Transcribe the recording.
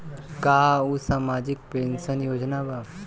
का उ सामाजिक पेंशन योजना बा?